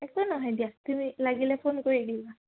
একো নহয় দিয়া তুমি লাগিলে ফোন কৰি দিবা